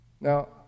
Now